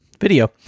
video